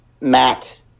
Matt